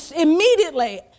immediately